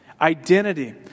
identity